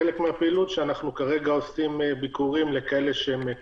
חלק מהפעילות הוא שאנחנו כרגע עושים ביקורים לכאלה שהם עם